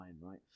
right